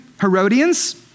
Herodians